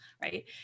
Right